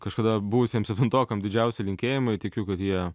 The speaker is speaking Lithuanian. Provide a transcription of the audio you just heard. kažkada buvusiem septintokam didžiausi linkėjimai tikiu kad jie